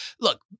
look